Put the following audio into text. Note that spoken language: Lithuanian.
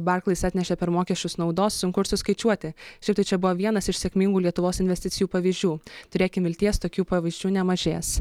barklais atnešė per mokesčius naudos sunku ir suskaičiuoti šiaip tai čia buvo vienas iš sėkmingų lietuvos investicijų pavyzdžių turėkim vilties tokių pavyzdžių nemažės